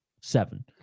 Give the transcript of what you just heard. seven